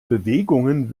bewegungen